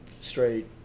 straight